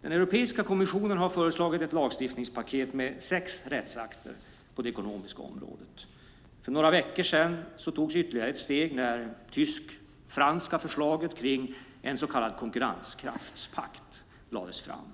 Den europeiska kommissionen har föreslagit ett lagstiftningspaket med sex rättsakter på det ekonomiska området. För några veckor sedan togs ytterligare ett steg när det tysk-franska förslaget kring en så kallad konkurrenskraftspakt lades fram.